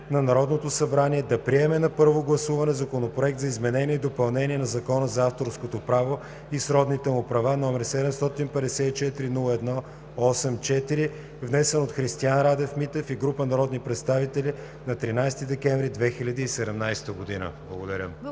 на Народното събрание да приеме на първо гласуване Законопроект за изменение и допълнение на Закона за авторското право и сродните му права, № 754-01-84, внесен от Христиан Радев Митев и група народни представители на 13 декември 2017 г.“ Благодаря